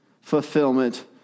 fulfillment